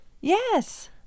Yes